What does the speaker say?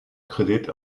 kredit